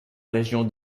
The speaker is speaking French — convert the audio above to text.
région